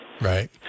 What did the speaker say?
Right